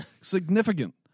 significant